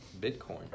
Bitcoin